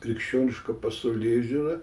krikščioniška pasaulėžiūra